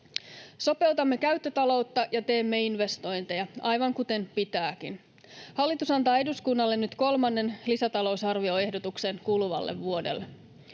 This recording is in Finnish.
Sopeutamme käyttötaloutta ja teemme investointeja — aivan kuten pitääkin. Hallitus antaa eduskunnalle nyt kolmannen lisätalousarvioehdotuksen kuluvalle vuodelle.